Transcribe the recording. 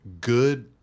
good